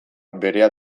berea